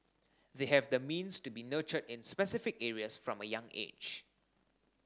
they have the means to be nurtured in specific areas from a young age